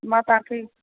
मां तव्हांखे